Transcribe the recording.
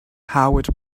howard